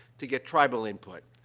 to get tribal input.